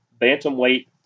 Bantamweight